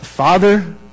Father